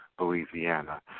Louisiana